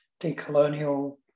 decolonial